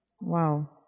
Wow